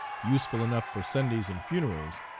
useful enough for sundays and funerals,